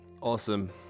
Awesome